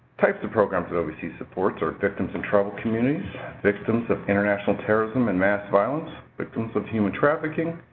types of programs that ovc supports are victims in troubled communities, victims of international terrorism and mass violence, victims of human trafficking,